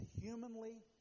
humanly